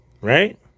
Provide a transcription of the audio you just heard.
right